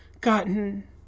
gotten